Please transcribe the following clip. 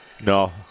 No